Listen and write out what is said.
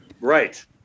Right